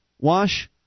Wash